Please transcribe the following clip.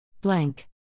Blank